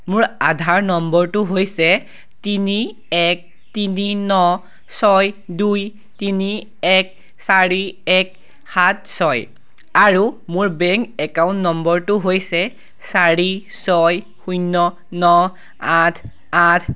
মোৰ আধাৰ নম্বৰটো হৈছে তিনি এক তিনি ন ছয় দুই তিনি এক চাৰি এক সাত ছয় আৰু মোৰ বেংক একাউণ্ট নম্বৰটো হৈছে চাৰি ছয় শূন্য ন আঠ আঠ